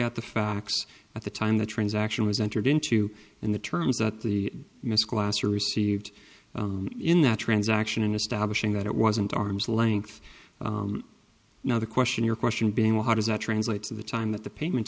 at the facts at the time the transaction was entered into in the terms that the misclassify received in that transaction in establishing that it wasn't arm's length now the question your question being well how does that translate to the time that the payment